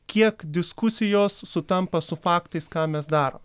kiek diskusijos sutampa su faktais ką mes darom